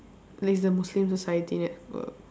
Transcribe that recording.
that is a muslim society network